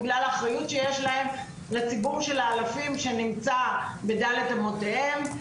בגלל האחריות שיש להם לציבור של אלפים שנמצאים בדל"ת אמותיהם.